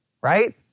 right